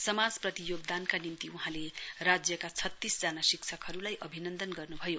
समाजप्रति योगदानका निम्ति वहाँले राज्यका छत्तीसजना शिक्षकहरूलाई अभिनन्दन गर्नु भयो